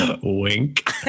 Wink